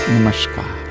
Namaskar